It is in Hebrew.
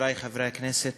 חברי חברי הכנסת,